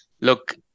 look